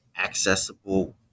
accessible